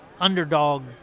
underdog